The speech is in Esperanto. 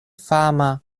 fama